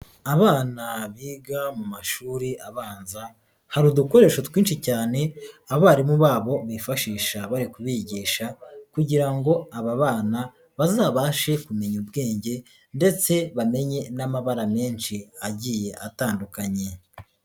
Abana biga mu mashuri abanza hari udukoresho twinshi cyane abarimu babo bifashisha bari kubigisha kugira ngo aba bana bazabashe kumenya ubwenge ndetse bamenye n'amabara menshi agiye atandukanye.